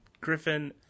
Griffin